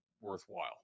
worthwhile